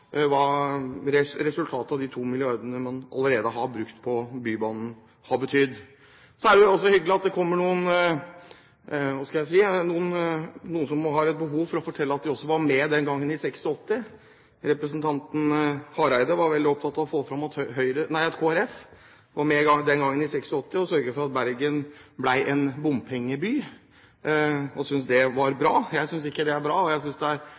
resultatet av de to milliardene man allerede har brukt på Bybanen, har betydd. Så er det jo også hyggelig at det kommer noen – hva skal jeg si – noen som har et behov for å fortelle at de også var med den gangen i 1986. Representanten Hareide var veldig opptatt av å få fram at Kristelig Folkeparti var med den gangen i 1986 og sørget for at Bergen ble en bompengeby, og det synes han var bra. Jeg synes ikke det var bra, og jeg tror det